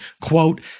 quote